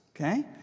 okay